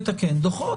אחרת.